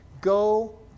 go